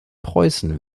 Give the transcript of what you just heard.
preußen